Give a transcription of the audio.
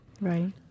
Right